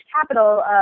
Capital